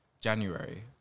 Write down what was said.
January